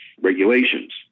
regulations